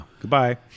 goodbye